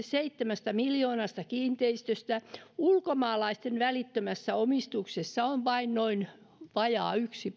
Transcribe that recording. seitsemästä miljoonasta kiinteistöstä ulkomaalaisten välittömässä omistuksessa on vain noin vajaa yksi